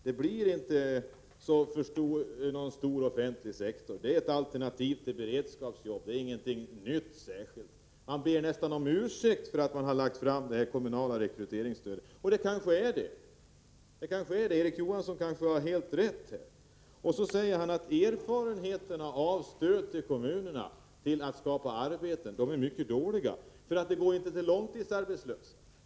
Det skall inte bli någon stor offentlig sektor, utan det är fråga om ett alternativ till beredskapsjobb och alltså ingenting nytt. Han ber nästan om ursäkt för att man lagt fram förslaget till kommunalt rekryteringsstöd. Och Erik Johansson kanske har helt rätt i det. Han säger också att erfarenheterna av att försöka skapa arbete genom stöd till kommunerna är mycket dåliga därför att stödet inte går ut till långtidsarbetslösa.